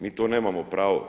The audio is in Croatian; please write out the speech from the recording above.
Mi to nemamo pravo.